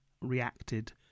reacted